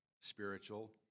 spiritual